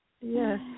yes